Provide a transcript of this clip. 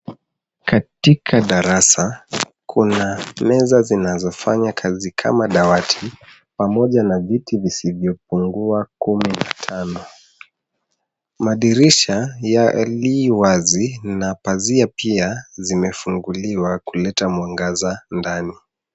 Katika darasa, kuna meza zinazofanya kazi kama dawati, pamoja na viti visivyopungua kumi na tano. Madirisha li wazi na pazia pia zimefunguliwa kuleta mwangaza ndani.